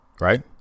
right